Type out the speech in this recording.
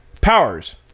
Powers